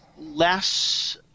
less –